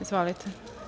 Izvolite.